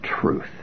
truth